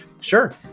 sure